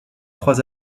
trois